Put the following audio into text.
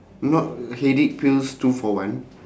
not headache pills two for one